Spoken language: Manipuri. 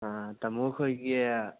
ꯇꯥꯃꯣꯈꯣꯏꯒꯤ